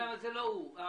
זה לא הוא.